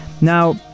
Now